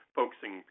focusing